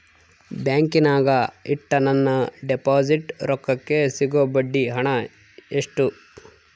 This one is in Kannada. ಬ್ಯಾಂಕಿನಾಗ ಇಟ್ಟ ನನ್ನ ಡಿಪಾಸಿಟ್ ರೊಕ್ಕಕ್ಕೆ ಸಿಗೋ ಬಡ್ಡಿ ಹಣ ಎಷ್ಟು?